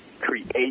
create